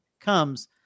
comes